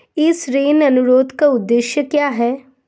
इस ऋण अनुरोध का उद्देश्य क्या है?